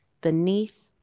beneath